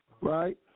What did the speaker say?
right